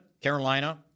Carolina